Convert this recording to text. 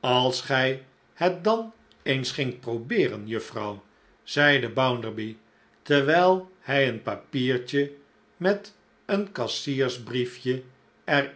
als gij het dan eens gingt probeeren juffrouw zeide bounderby terwijl hij een papiertje met een kassiersbriefje er